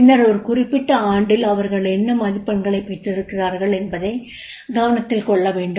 பின்னர் ஒரு குறிப்பிட்ட ஆண்டில் அவர்கள் என்ன மதிப்பெண்களைப் பெற்றிருக்கிறார்கள் என்பதை கவனத்தில் கொள்ளவேண்டும்